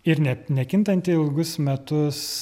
ir net nekintanti ilgus metus